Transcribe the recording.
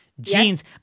Genes